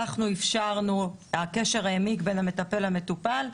אנחנו אפשרנו, הקשר העמיק בין המטפל לבין המטופל.